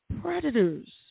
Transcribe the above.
predators